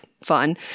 fun